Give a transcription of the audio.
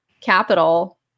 capital